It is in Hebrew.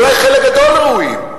אולי חלק גדול ראויים.